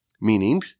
Meaning